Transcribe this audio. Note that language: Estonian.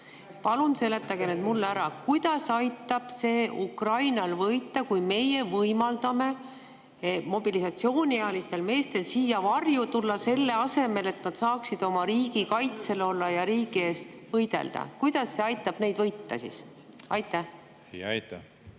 Palun seletage mulle ära, kuidas aitab see Ukrainal võita, kui me võimaldame mobilisatsiooniealistel meestel siia varju tulla, selle asemel et nad saaksid oma riiki kaitsta ja riigi eest võidelda? Kuidas see aitab neil võita? Tänan,